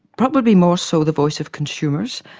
probably more so the voice of consumers,